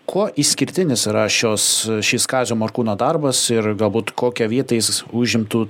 kuo išskirtinis yra šios šis kazio morkūno darbas ir galbūt kokią vietą jis užimtų